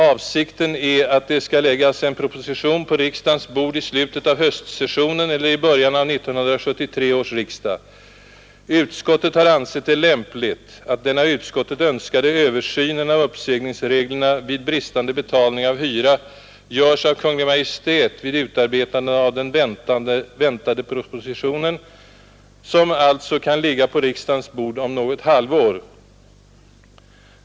Avsikten är att det skall läggas en proposition på riksdagens bord i slutet av höstsessionen eller i början av 1973 års riksdag. Utskottet har ansett det lämpligt att den av utskottet uttryckligen önskade översynen av uppsägningsreglerna vid bristande betalning av hyra görs av Kungl. Maj:t vid utarbetandet av den väntade propositionen, som alltså kan ligga på riksdagens bord om något halvår.